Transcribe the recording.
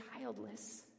childless